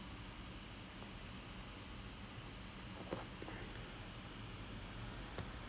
எனக்கு எப்படி இவர் கூட பழக்கம்னா:enakku eppadi ivar kuda palakkamnaa he is the new zealand team வோட:voda players